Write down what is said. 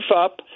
up